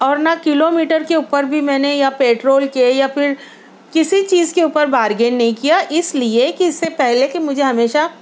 اور نہ kilometre کے اوپر بھی میں نے یا پیٹرول کے یا پھر کسی چیز کے اوپر بارگین نہیں کیا اس لیے کہ اس سے پہلے کہ مجھے ہمیشہ